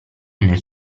nel